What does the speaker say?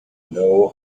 know